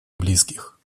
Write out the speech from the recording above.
близких